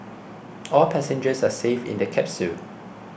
all passengers are safe in the capsule